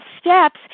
steps